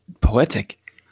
poetic